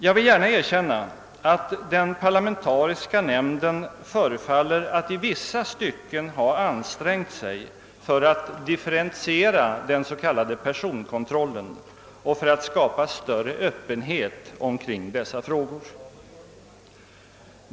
Jag vill gärna erkänna att den parlamentariska nämnden förefaller att i vissa stycken ha ansträngt sig för att differentiera den s.k. personkontrollen och för att skapa större öppenhet omkring dessa frågor.